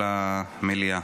למליאה.